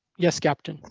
yes. dr.